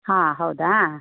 ಹಾಂ ಹೌದಾ